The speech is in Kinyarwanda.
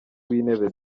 w’intebe